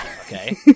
okay